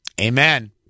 Amen